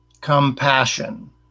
compassion